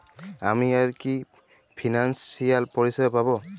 আমি আর কি কি ফিনান্সসিয়াল পরিষেবা পাব?